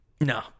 No